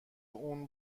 اون